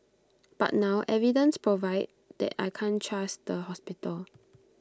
but now evidence provide that I can't trust the hospital